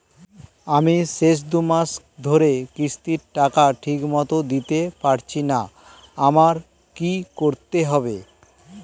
আমি শেষ দুমাস ধরে কিস্তির টাকা ঠিকমতো দিতে পারছিনা আমার কি করতে হবে?